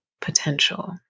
potential